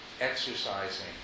exercising